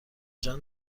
جان